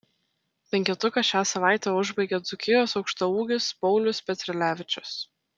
penketuką šią savaitę užbaigia dzūkijos aukštaūgis paulius petrilevičius